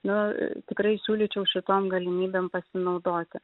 na tikrai siūlyčiau šitom galimybėm pasinaudoti